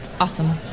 Awesome